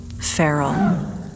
feral